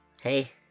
Hey